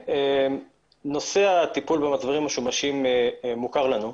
נושא הטיפול במצברים משומשים מוכר לנו.